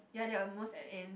ya they are most at in